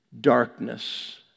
darkness